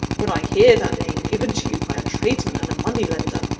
when i hear that name given to you by a tradesman and money-lender,